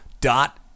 dot